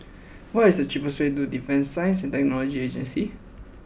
what is the cheapest way to Defence Science and Technology Agency